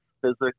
physics